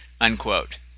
unquote